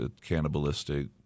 cannibalistic